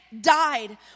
died